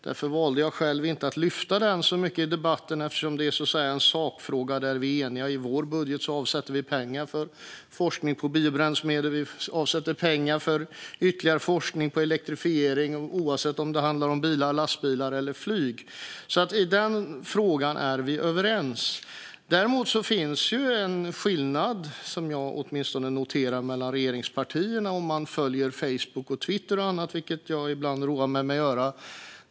Därför valde jag att inte lyfta fram den så mycket i debatten eftersom det är en sakfråga där vi är eniga. I vår budget avsätter vi pengar för forskning på biobränsle. Vi avsätter pengar för ytterligare forskning på elektrifiering, oavsett om det handlar om bilar, lastbilar eller flyg. I den frågan är vi alltså överens. Däremot finns det en skillnad mellan regeringspartierna som man noterar om man följer Facebook och Twitter och annat, vilket jag ibland roar mig med att göra.